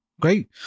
great